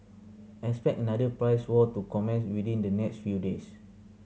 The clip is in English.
expect another price war to commence within the next few days